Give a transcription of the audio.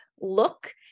look